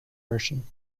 version